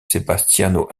sebastiano